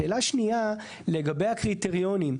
שאלה שנייה, לגבי הקריטריונים.